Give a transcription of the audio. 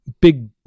big